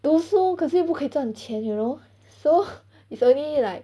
读书可是又不可以赚钱 you know so it's only like